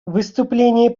выступление